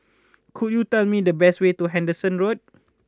could you tell me the way to Henderson Road